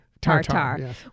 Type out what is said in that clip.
tartar